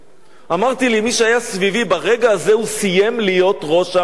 אמרתי למי שהיה סביבי: ברגע הזה הוא סיים להיות ראש הממשלה.